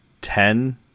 ten